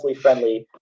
friendly